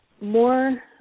more